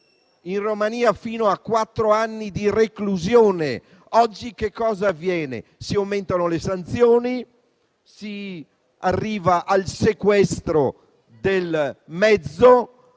si arriva fino a quattro anni di reclusione. Oggi che cosa avviene? Si aumentano le sanzioni e si arriva al sequestro del mezzo